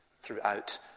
throughout